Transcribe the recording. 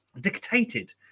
dictated